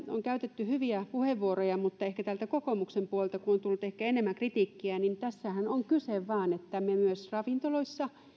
on käytetty hyviä puheenvuoroja mutta täältä kokoomuksen puolelta kun on tullut ehkä enemmän kritiikkiä niin tässähän on kyse vain että me myös ravintoloissa